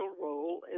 role